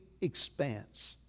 expanse